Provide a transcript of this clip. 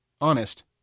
honest